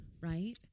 right